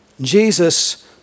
Jesus